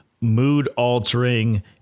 mood-altering